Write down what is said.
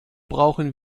brauchen